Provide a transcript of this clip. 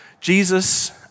Jesus